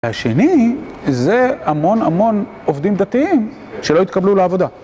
השני זה המון המון עובדים דתיים שלא התקבלו לעבודה.